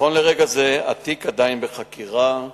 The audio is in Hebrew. נכון לרגע זה התיק עדיין בחקירה.